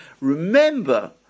remember